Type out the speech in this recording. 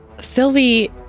Sylvie